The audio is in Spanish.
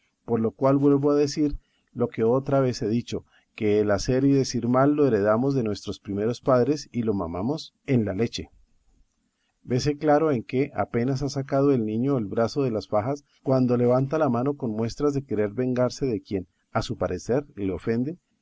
por lo cual vuelvo a decir lo que otra vez he dicho que el hacer y decir mal lo heredamos de nuestros primeros padres y lo mamamos en la leche vese claro en que apenas ha sacado el niño el brazo de las fajas cuando levanta la mano con muestras de querer vengarse de quien a su parecer le ofende